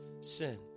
sin